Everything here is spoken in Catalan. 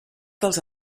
dels